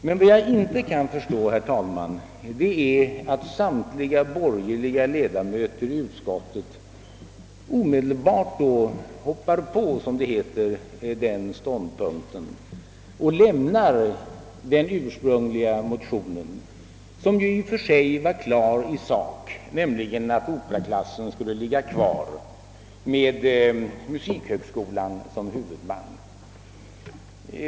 Men vad jag inte kan förstå, herr talman, är att samtliga borgerliga ledamöter i utskottet omedelbart »hoppar på» denna ståndpunkt och lämnar den ursprungliga borgerliga motionen, vilkens syfte var klart i sak, nämligen att operaklassen skulle bibehållas vid musikhögskolan i Stockholm.